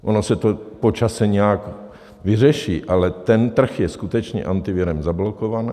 Ono se to po čase nějak vyřeší, ale ten trh je skutečně Antivirem zablokovaný.